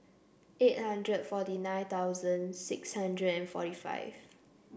eight hundred forty nine thousand six hundred and forty five